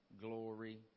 glory